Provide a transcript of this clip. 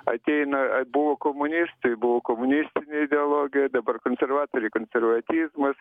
ateina buvo komunistai buvo komunistinė ideologija dabar konservatoriai konservatizmas